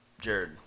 jared